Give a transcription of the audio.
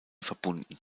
verbunden